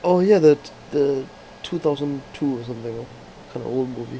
[oh]ya that the two thousand two or something kind of old movie